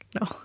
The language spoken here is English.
no